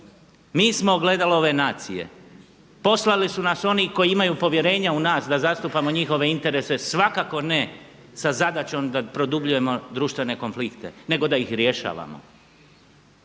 Mi smo ogledalo ove nacije. Poslali su nas oni koji imaju povjerenja u nas da zastupamo njihove interese, svakako ne sa zadaćom da produbljujemo društvene konflikte nego da ih rješavamo.